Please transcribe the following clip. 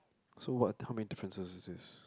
so what how many differences is this